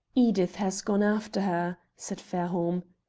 edith has gone after her, said fairholme.